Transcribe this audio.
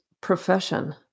profession